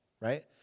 right